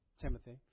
Timothy